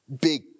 big